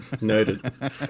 Noted